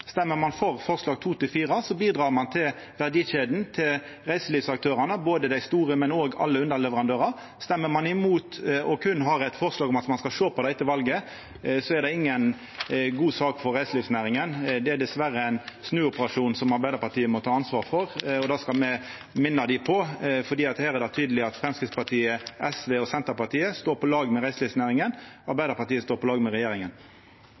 Stemmer ein for forslaga nr. 2–4, bidreg ein til verdikjeda til reiselivsaktørane, ikkje berre dei store, men òg alle underleverandørar. Stemmer ein imot og berre har eit forslag om at ein skal sjå på det etter valet, er det inga god sak for reiselivsnæringa. Det er diverre ein snuoperasjon Arbeidarpartiet må ta ansvar for, og det skal me minna dei på. Her er det tydeleg at Framstegspartiet, SV og Senterpartiet står på lag med reiselivsnæringa, Arbeidarpartiet står på lag med regjeringa.